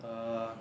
err